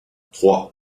trois